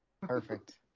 Perfect